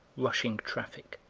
rushing traffic.